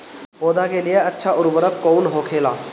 पौधा के लिए अच्छा उर्वरक कउन होखेला?